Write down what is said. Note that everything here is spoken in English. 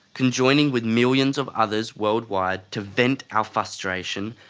conjoining with millions of others worldwide to vent our frustration,